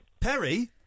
Perry